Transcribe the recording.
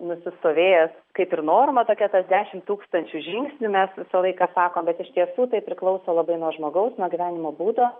nusistovėjęs kaip ir norma tokia tas dešim tūkstančių žingsnių mes visą laiką sakom bet iš tiesų tai priklauso labai nuo žmogaus nuo gyvenimo būdo